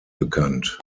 bekannt